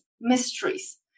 mysteries